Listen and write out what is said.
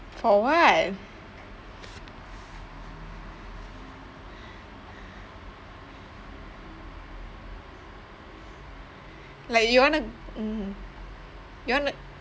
for what like you wanna mmhmm you wanna